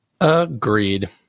Agreed